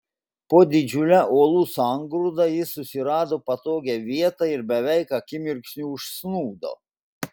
po didžiule uolų sangrūda jis susirado patogią vietą ir beveik akimirksniu užsnūdo